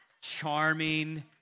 charming